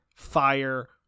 fire